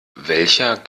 welcher